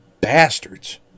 bastards